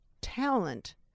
talent